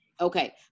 Okay